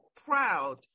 proud